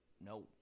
No